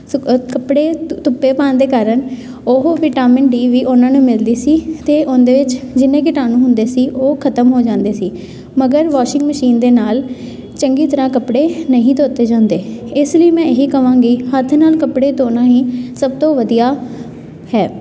ਸਕ ਕੱਪੜੇ ਧੁ ਧੁੱਪੇ ਪਾਉਣ ਦੇ ਕਾਰਨ ਉਹ ਵਿਟਾਮੀਨ ਡੀ ਵੀ ਉਹਨਾਂ ਨੂੰ ਮਿਲਦੀ ਸੀ ਅਤੇ ਉਹਦੇ ਵਿੱਚ ਜਿੰਨੇ ਕੀਟਾਣੂ ਹੁੰਦੇ ਸੀ ਉਹ ਖਤਮ ਹੋ ਜਾਂਦੇ ਸੀ ਮਗਰ ਵੋਸ਼ਿੰਗ ਮਸ਼ੀਨ ਦੇ ਨਾਲ ਚੰਗੀ ਤਰ੍ਹਾਂ ਕੱਪੜੇ ਨਹੀਂ ਧੋਤੇ ਜਾਂਦੇ ਇਸ ਲਈ ਮੈਂ ਇਹ ਕਹਾਵਾਂਗੀ ਹੱਥ ਨਾਲ ਕੱਪੜੇ ਧੋਣਾ ਹੀ ਸਭ ਤੋਂ ਵਧੀਆ ਹੈ